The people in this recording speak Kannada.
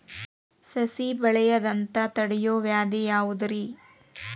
ಸಸಿ ಬೆಳೆಯದಂತ ತಡಿಯೋ ವ್ಯಾಧಿ ಯಾವುದು ರಿ?